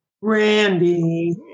Randy